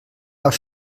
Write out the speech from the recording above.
nach